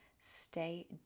stay